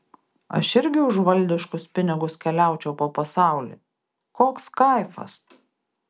aš irgi už valdiškus pinigus keliaučiau po pasaulį koks kaifas